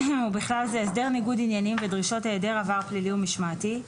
ובכלל זה הסדר ניגוד עניינים ודרישות היעדר עבר פלילי ומשמעתי,